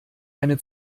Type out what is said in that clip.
eine